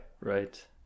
right